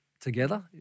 together